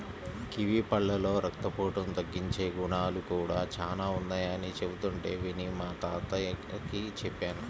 kiwi పళ్ళలో రక్తపోటును తగ్గించే గుణాలు కూడా చానా ఉన్నయ్యని చెబుతుంటే విని మా తాతకి చెప్పాను